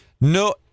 no